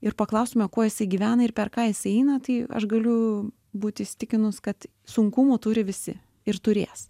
ir paklaustume kuo jisai gyvena ir per ką jisai eina tai aš galiu būt įsitikinus kad sunkumų turi visi ir turės